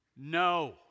No